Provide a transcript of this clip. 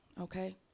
okay